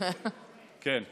אז